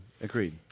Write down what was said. Agreed